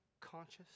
conscious